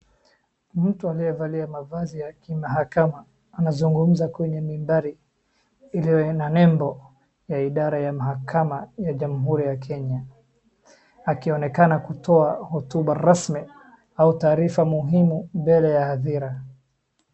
Mtu aliyevalia mavazi ya kimahakama anazungumza kwenye mindari iliyoenda nembo ya idara ya mahakama ya jamuhuri ya kenya akionekana kutoa hotuba rasmi au taarifa muhimu mbele ya hadhira.